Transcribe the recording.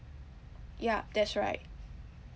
ya that's right